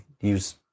use –